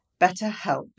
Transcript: BetterHelp